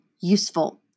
useful